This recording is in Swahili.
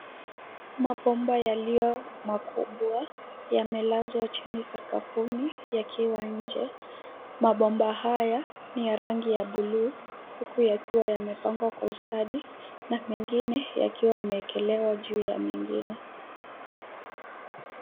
Mapomba yaliyo makubwa yamelazwa chini sakafuni yakiwa nje. Mapomba haya ni ya rangi ya [blue] huku yakiwa yamepangwa kwa ustadi na mengine yakiwa yameekelewa juu ya mengine.